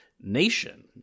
nation